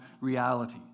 reality